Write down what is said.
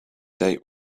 date